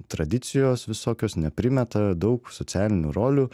tradicijos visokios neprimeta daug socialinių rolių